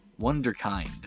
Wonderkind